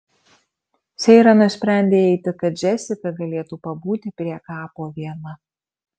seira nusprendė eiti kad džesika galėtų pabūti prie kapo viena